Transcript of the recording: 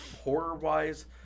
horror-wise